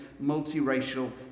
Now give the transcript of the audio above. multi-racial